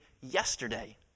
yesterday